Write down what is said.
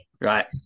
Right